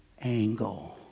angle